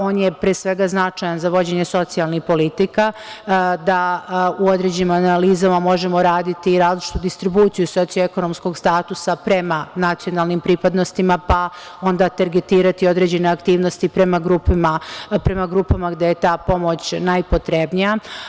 On je pre svega značajan za vođenje socijalni politika, da u određenim analizama možemo raditi i različitu distribuciju socioekonomskog statusa prema nacionalnim pripadnostima, pa onda targetirati određene aktivnosti prema grupama gde je ta pomoć najpotrebnija.